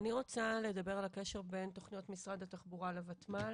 אני רוצה לדבר על הקשר בין תכניות משרד התחבורה לוותמ"ל